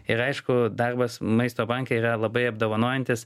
ir aišku darbas maisto banke yra labai apdovanojantis